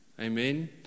Amen